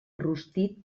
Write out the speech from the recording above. rostit